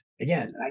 Again